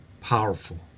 powerful